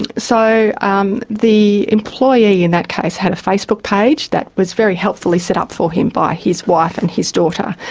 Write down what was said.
and so um the employee in that case had a facebook page that was very helpfully set up for him by his wife and his daughter.